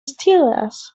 steelers